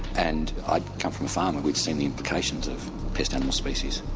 and i'd come from a farm, and we'd seen the implications of pest animals species,